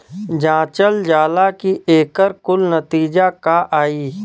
जांचल जाला कि एकर कुल नतीजा का आई